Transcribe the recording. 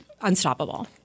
unstoppable